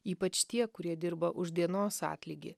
ypač tie kurie dirba už dienos atlygį